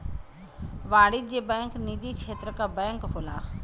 वाणिज्यिक बैंक निजी क्षेत्र क बैंक होला